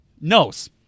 knows